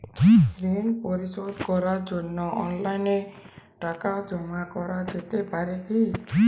ঋন পরিশোধ করার জন্য অনলাইন টাকা জমা করা যেতে পারে কি?